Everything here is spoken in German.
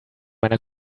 meiner